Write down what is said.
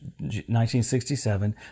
1967